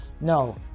No